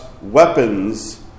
weapons